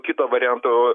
kito varianto